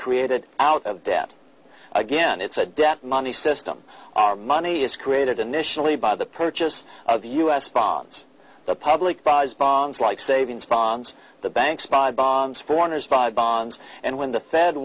created out of debt again it's a debt money system are money is created initially by the purchase of u s bonds the public buys bonds like savings bonds the banks buy bonds foreigners buy bonds and when the fed